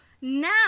now